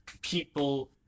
people